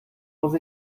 muss